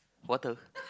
what the